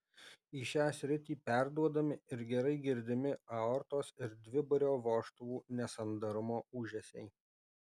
į šią sritį perduodami ir gerai girdimi aortos ir dviburio vožtuvų nesandarumo ūžesiai